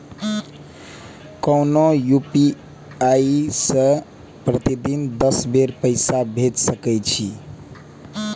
कोनो यू.पी.आई सं प्रतिदिन दस बेर पैसा भेज सकै छी